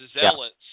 zealots